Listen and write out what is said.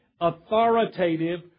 authoritative